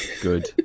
Good